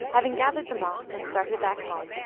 having gathered the moss and started back home,